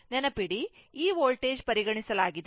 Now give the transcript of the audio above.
ನೆನಪಿಡಿ ಈ ವೋಲ್ಟೇಜ್ ಪರಿಗಣಿಲಾಗಿದೆ